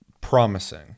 promising